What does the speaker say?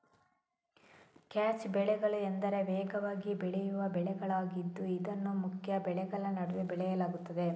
catch ಬೆಳೆಗಳು ಎಂದರೆ ವೇಗವಾಗಿ ಬೆಳೆಯುವ ಬೆಳೆಗಳಾಗಿದ್ದು ಇದನ್ನು ಮುಖ್ಯ ಬೆಳೆಗಳ ನಡುವೆ ಬೆಳೆಯಲಾಗುತ್ತದೆ